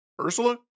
Ursula